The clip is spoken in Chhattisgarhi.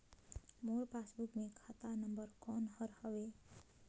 मोर पासबुक मे खाता नम्बर कोन हर हवे?